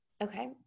Okay